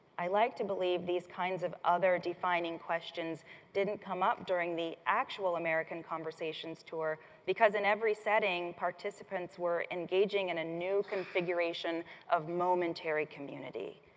i like to believe these kinds of other defining questions didn't come up during in the actual american conversations tour because in every setting participants were engaging in a new configuration of momentary community.